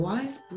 Wise